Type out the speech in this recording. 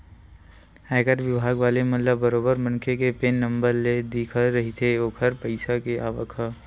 आयकर बिभाग वाले मन ल बरोबर मनखे के पेन नंबर ले दिखत रहिथे ओखर पइसा के आवक ह